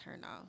turnoff